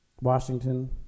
Washington